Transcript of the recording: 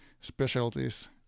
specialties